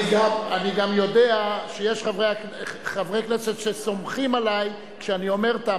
אני גם יודע שיש חברי כנסת שסומכים עלי כשאני אומר "תמה